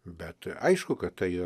bet aišku kad tai